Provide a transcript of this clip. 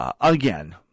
Again